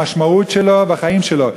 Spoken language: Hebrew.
המשמעות שלו והחיים שלו.